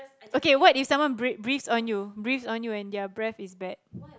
okay what if someone break breathes on you and their breath is bad